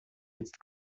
jetzt